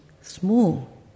small